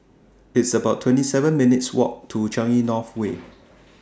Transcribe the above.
It's about twenty seven minutes' Walk to Changi North Way